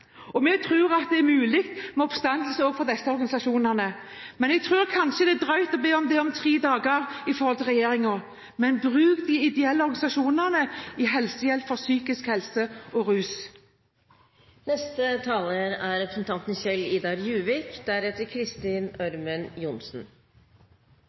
Kristelig Folkeparti tror på oppstandelse, og vi tror at det er mulig med oppstandelse også for disse organisasjonene. Men jeg tror kanskje det er drøyt å be regjeringen om det etter tre dager, men bruk de ideelle organisasjonene i helsehjelp i forbindelse med psykisk helse og